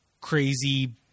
crazy